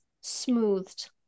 smoothed